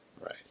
Right